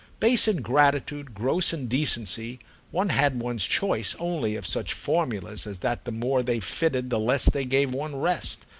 base ingratitude, gross indecency one had one's choice only of such formulas as that the more they fitted the less they gave one rest.